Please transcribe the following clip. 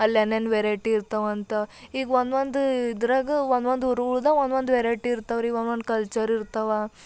ಅಲ್ಲೆನೇನು variety ಇರ್ತಾವಂತ ಈಗ ಒಂದು ಒಂದು ಇದ್ರಾಗ ಒಂದು ಒಂದು ಊರುಳ್ದಾ ಒಂದು ಒಂದು ವೆರೈಟಿ ಇರ್ತಾವ್ರೀ ಒಂದು ಒಂದು ಕಲ್ಚರ್ ಇರ್ತಾವ